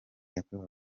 yakorewe